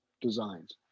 designs